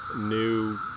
new